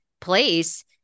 place